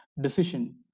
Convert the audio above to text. decision